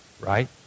right